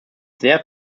sehr